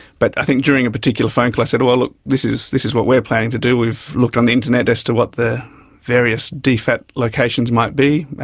but i think during a particular phone call i said, look, this is this is what we're planning to do, we've looked on the internet as to what the various dfat locations might be,